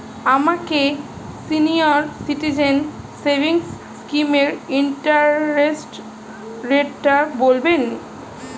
আমাকে senior citizen savings স্কিমের interest রেটটা বলবেন